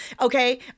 okay